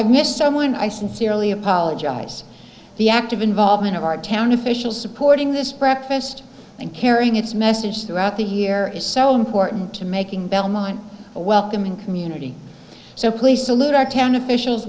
i miss someone i sincerely apologize the active involvement of our town officials supporting this breakfast and carrying its message throughout the year is so important to making belmont a welcoming community so please salute our town officials